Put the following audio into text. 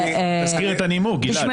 תזכיר את הנימוק, גלעד.